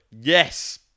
Yes